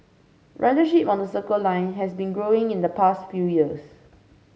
ridership on the Circle Line has been growing in the past few years